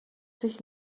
sich